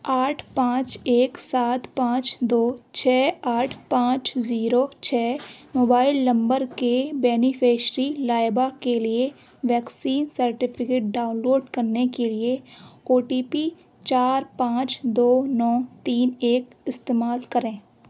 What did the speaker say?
آٹھ پانچ ایک سات پانچ دو چھ آٹھ پانچ زیرو چھ موبائل نمبر کے بینیفشیری لائبہ کے لیے ویکسین سرٹیفکیٹ ڈاؤن لوڈ کرنے کے لیے او ٹی پی چار پانچ دو نو تین ایک استعمال کریں